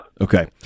Okay